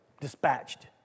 dispatched